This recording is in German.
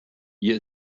hier